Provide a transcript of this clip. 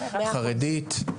החרדית.